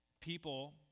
people